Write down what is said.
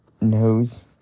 nose